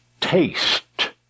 Taste